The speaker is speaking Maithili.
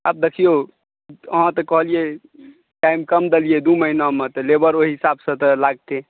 आब देखियौ अहाँ तऽ कहलियै टाइम कम देलियै दू महिनामे तऽ लेबर ओहि हिसाबसँ तऽ लागतै